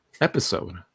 episode